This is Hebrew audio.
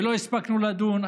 ולא הספקנו לדון.